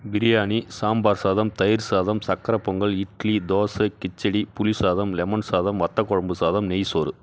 பிரியாணி சாம்பார் சாதம் தயிர் சாதம் சக்கரைப் பொங்கல் இட்லி தோசை கிச்சடி புளி சாதம் லெமன் சாதம் வத்தக் குழம்பு சாதம் நெய் சோறு